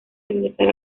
regresar